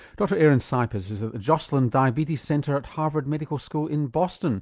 dr aaron cypess is at the joslin diabetes center at harvard medical school in boston.